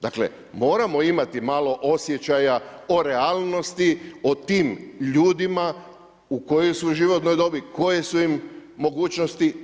Dakle, moramo imati malo osjećaja o realnosti o tim ljudima u kojoj su životnoj dobi, koje su im mogućnosti.